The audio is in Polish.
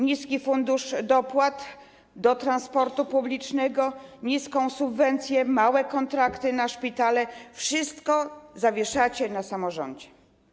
Niski fundusz dopłat do transportu publicznego, niską subwencję, małe kontrakty na szpitale - wszystko zawieszacie na samorządzie.